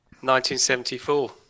1974